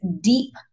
deep